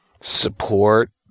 support